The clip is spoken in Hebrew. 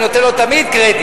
אני נותן לו תמיד קרדיט,